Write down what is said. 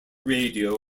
radio